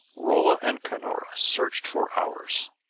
rolla and cunora searched for hours.